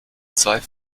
zwei